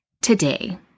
today